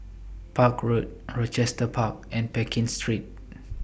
Park Road Rochester Park and Pekin Street